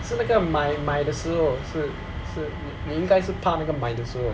是那个买买的时候是是你应该是怕那个买的时候